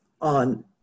on